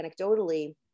anecdotally